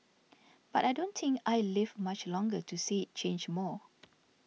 but I don't think I'll live much longer to see it change more